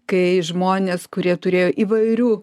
kai žmonės kurie turėjo įvairių